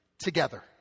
Together